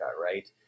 right